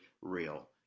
Real